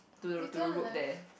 to the to the road there